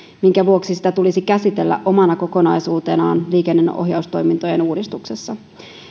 minkä vuoksi sitä tulisi käsitellä omana kokonaisuutenaan liikenteenohjaustoimintojen uudistuksessa